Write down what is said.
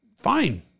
fine